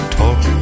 talk